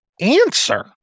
answer